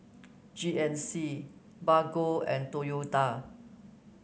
G N C Bargo and Toyota